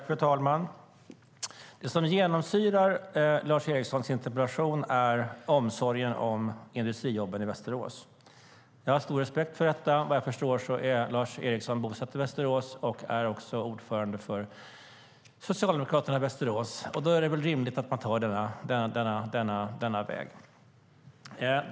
Fru talman! Det som genomsyrar Lars Erikssons interpellation är omsorgen om industrijobben i Västerås. Jag har stor respekt för detta. Vad jag förstår är Lars Eriksson bosatt i Västerås och ordförande för Socialdemokraterna i Västerås. Då är det väl rimligt att han tar denna väg.